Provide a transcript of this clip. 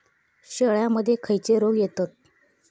शेळ्यामध्ये खैचे रोग येतत?